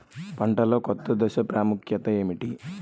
పంటలో కోత దశ ప్రాముఖ్యత ఏమిటి?